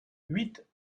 huit